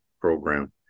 program